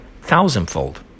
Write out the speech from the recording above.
thousandfold